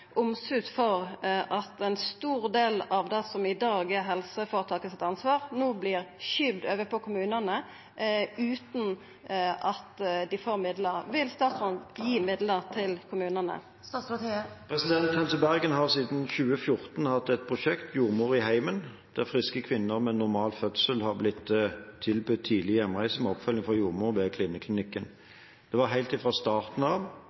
omsut for at ein stor del av det som i dag er helseføretaket sitt ansvar, no vert skyvd over på kommunane utan at dei får midlar. Vil statsråden gi midlar til kommunane? Helse Bergen har siden 2014 hatt et prosjekt, Jordmor i heimen, der friske kvinner med normal fødsel har blitt tilbudt tidlig hjemreise med oppfølging fra jordmor ved kvinneklinikken. Det var helt fra starten av